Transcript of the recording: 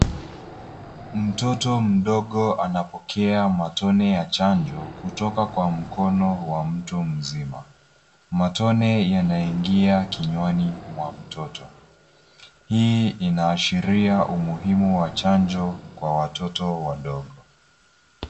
Mtoto mdogo anapokea matone ya chanjo kutoka kwa mkono wa mtu mzima. Matone yanaingia kinywani mwa mtoto. Hii inaashiria umuhimu wa chanjo kwa watoto wadogo.